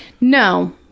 No